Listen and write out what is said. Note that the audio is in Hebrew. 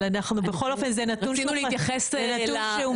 בכל אופן זה נתון שהוא מאוד